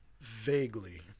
Vaguely